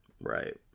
right